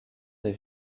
des